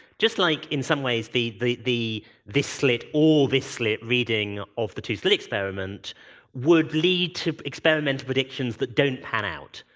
just like in some ways the the this slit or this slit reading of the two-slit experiment would lead to experiment predictions that don't pan out.